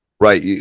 Right